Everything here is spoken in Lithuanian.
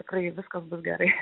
tikrai viskas bus gerai